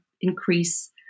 increase